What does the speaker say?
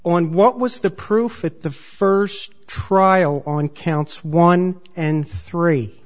on what was the proof with the first trial on counts one and three